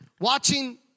watching